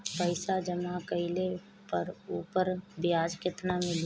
पइसा जमा कइले पर ऊपर ब्याज केतना मिली?